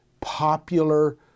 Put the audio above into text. popular